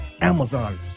Amazon